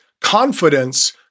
Confidence